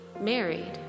married